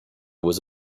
was